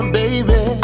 baby